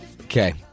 Okay